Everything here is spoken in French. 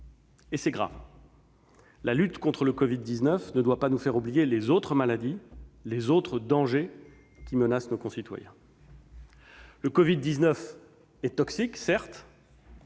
et c'est grave ! La lutte contre le Covid-19 ne doit pas nous faire oublier les autres maladies, les autres dangers qui menacent nos concitoyens. Le Covid-19 est certes